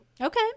Okay